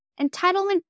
entitlement